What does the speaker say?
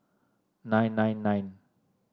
nine nine nine